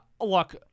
Look